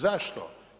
Zašto?